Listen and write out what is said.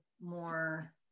more